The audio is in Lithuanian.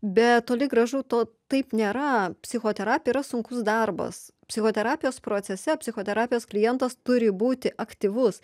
bet toli gražu to taip nėra psichoterapija yra sunkus darbas psichoterapijos procese psichoterapijos klientas turi būti aktyvus